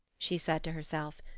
she said to herself.